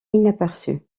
inaperçus